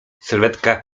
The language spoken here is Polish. sylwetka